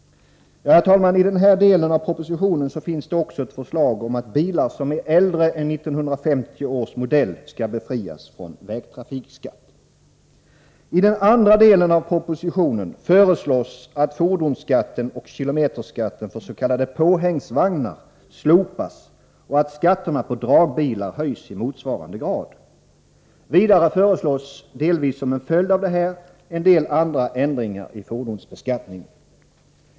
I denna del av propositionen finns också ett förslag om att bilar äldre än 1950 års modell skall befrias från vägtrafikskatt. I den andra delen av propositionen föreslås att fordonsskatten och kilometerskatten för s.k. påhängsvagnar slopas och att skatterna på dragbilar höjs i motsvarande grad. Vidare föreslås — delvis som en följd av detta —en del andra ändringar i fordonsbeskattningen.